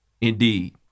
Indeed